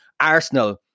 Arsenal